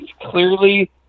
clearly